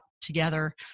together